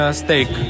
steak